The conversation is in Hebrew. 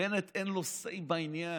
לבנט אין say בעניין.